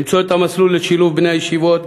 למצוא את המסלול לשילוב בני הישיבות,